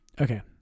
Okay